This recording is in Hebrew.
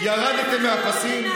ירדתם מהפסים?